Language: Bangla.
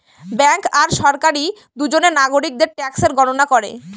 ব্যাঙ্ক আর সরকারি দুজনে নাগরিকদের ট্যাক্সের গণনা করে